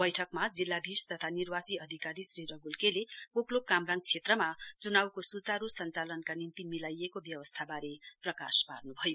बैठकमा जिल्लाधीश तथा निर्वाची अधिकारी श्री रगुल के ले पोकलोक कामराङ क्षेत्रमा च्नाउको स्चारू संचालनका निम्ति मिलाइएको व्यावस्ताबारे प्रकाश पार्न्भयो